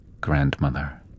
Grandmother